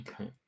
Okay